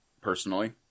personally